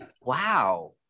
wow